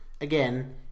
Again